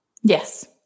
Yes